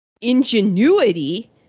ingenuity